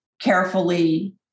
carefully